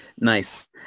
Nice